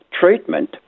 treatment